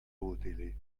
utili